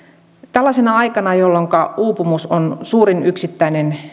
tällaisena aikana jolloinka uupumus on suurin yksittäinen